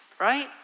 right